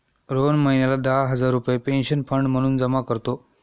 रोहन महिन्याला दहा हजार रुपये पेन्शन फंड म्हणून जमा करतो